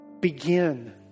begin